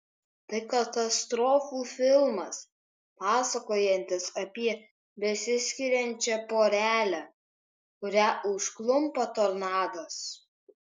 tai katastrofų filmas pasakojantis apie besiskiriančią porelę kurią užklumpa tornadas